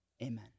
Amen